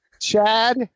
Chad